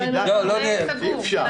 אי-אפשר.